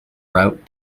route